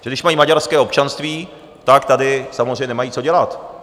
Když mají maďarské občanství, tak tady samozřejmě nemají co dělat.